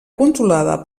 controlada